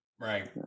Right